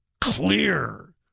clear